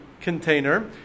container